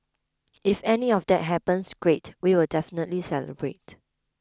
if any of that happens great we will definitely celebrate